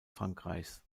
frankreichs